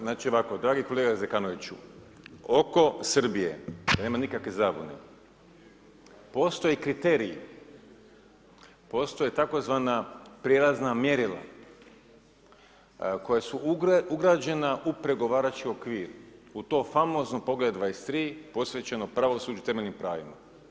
Znači ovako, dragi kolega Zekanoviću, oko Srbije, da nema nikakve zabune postoje kriteriji, postoje tzv. prijelazna mjerila koja su ugrađena u pregovarački okvir, u to famozno poglavlje 23 posvećeno pravosuđu i temeljnim pravima.